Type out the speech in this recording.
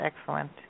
excellent